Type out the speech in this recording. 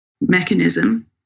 mechanism